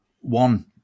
One